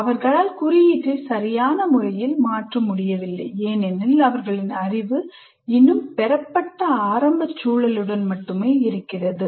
அவர்களால் குறியீட்டை சரியான முறையில் மாற்ற முடியாது ஏனெனில் அவர்களின் அறிவு இன்னும் பெறப்பட்ட ஆரம்ப சூழலுடன் இருக்கிறது